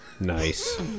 Nice